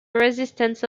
resistance